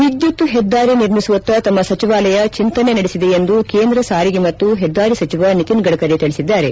ವಿದ್ಯುತ್ ಹೆದ್ದಾರಿ ನಿರ್ಮಿಸುವತ್ತ ತಮ್ಮ ಸಚಿವಾಲಯ ಚಿಂತನೆ ನಡೆಸಿದೆ ಎಂದು ಕೇಂದ್ರ ಸಾರಿಗೆ ಮತ್ತು ಹೆದ್ದಾರಿ ಸಚಿವ ನಿತಿನ್ ಗಡ್ಡರಿ ತಿಳಿಸಿದ್ದಾರೆ